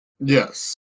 Yes